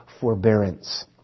forbearance